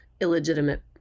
illegitimate